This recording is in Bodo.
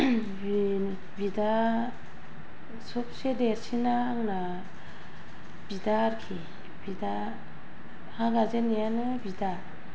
बिदा बयनिख्रुइ देरसिना आंना बिदा आरोखि बिदा हा गाजेननायानो बिदा